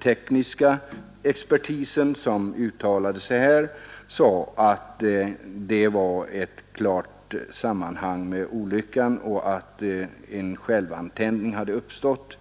tekniska expertis som uttalade sig sade att detta hade ett klart samband med olyckan och att en självantändning hade uppstått.